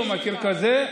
אני לא מכיר כזה.